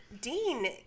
Dean